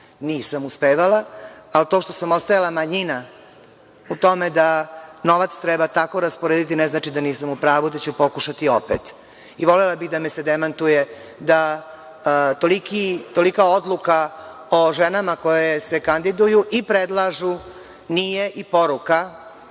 Nisam uspevala, ali to što sam ostajala manjina u tome da novac treba tako rasporediti ne znači da nisam u pravu, i da ću pokušati opet. Volela bih da me se demantuje da tolika odluka o ženama koje se kandiduju i predlažu nije i poruka